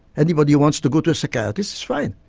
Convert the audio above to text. anybody who wants to go to a psychiatrist is fine.